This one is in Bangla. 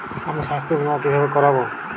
আমি স্বাস্থ্য বিমা কিভাবে করাব?